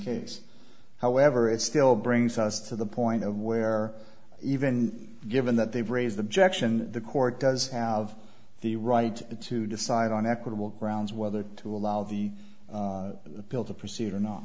case however it still brings us to the point where even given that they've raised objection the court does have the right to decide on equitable grounds whether to allow the bill to proceed or not